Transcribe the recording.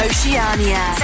Oceania